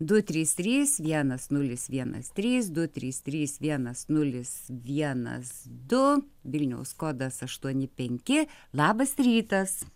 du trys trys vienas nulis vienas trys du trys trys vienas nulis vienas du vilniaus kodas aštuoni penki labas rytas